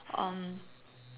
um